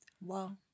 Wow